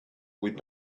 with